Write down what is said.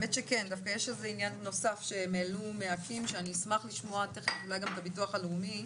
דווקא יש עניין נוסף מאקי"ם שאני אשמח לשמוע אולי את הביטוח הלאומי,